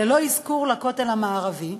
ללא אזכור לכותל המערבי,